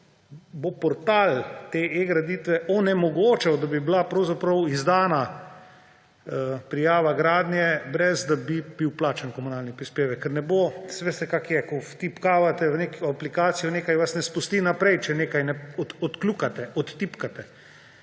bo portal te eGraditve onemogočal, da bi bila pravzaprav izdana prijava gradnje, ne da bi bil plačan komunalni prispevek, ker ne bo … Saj veste, kako je, ko vtipkavate v aplikacijo nekaj, vas ne spusti naprej, če nečesa ne odkljukate, odtipkate.